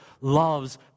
loves